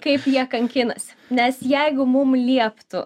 kaip jie kankinasi nes jeigu mum lieptų